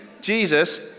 Jesus